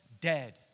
dead